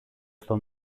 στο